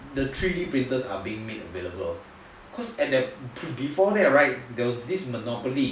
the three D printers are made available cause before that right there was this monopoly